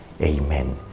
Amen